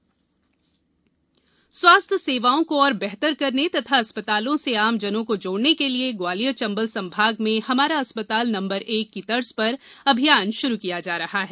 अस्पताल अभियान स्वास्थ्य सेवाओं को और बेहतर करने तथा अस्पतालों से आम जनों को जोड़ने के लिये ग्वालियर चंबल संभाग में हमारा अस्पताल नंबर एक तर्ज पर एक अभियान शुरू किया जा रहा है